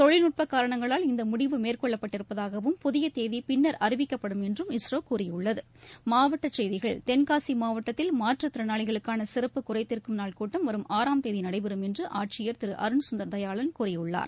தொழில்நுட்ப காரணங்ளால் இந்த முடிவு மேற்கொள்ளப் பட்டிருப்பதாகவும் புதிய தேதி பின்னா் அறிவிக்கப்படும் என்றும் இஸ்ரோ கூறியுள்ளது மாவட்ட செய்திகள் தென்காசி மாவட்டத்தில் மாற்றுத் திறனாளிகளுக்கான சிறப்பு குறைதீர்க்கும் நாள் கூட்டம் வரும் ஆறாம் தேதி நடைபெறும் என்று ஆட்சியர் திரு அருண் சுந்தர் தயாளன் கூறியுள்ளார்